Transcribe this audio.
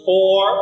Four